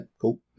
Cool